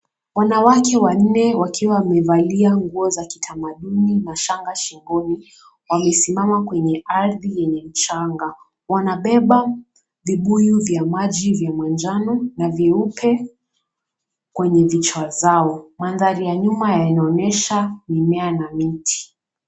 Wanawake wanne wakiwa wamevalia nguo za kitamaduni na shanga shingoni ,wamesimama kwenye ardhi yenye mchanga wanabeba vibuyu vya maji vya manjano na vyeupe kwenye vichwa zao, mandhari ya nyuma yanaonyesha mimea na miti.